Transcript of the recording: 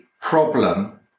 problem